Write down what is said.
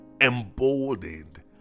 emboldened